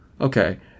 okay